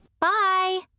Bye